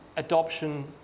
adoption